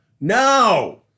no